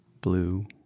blue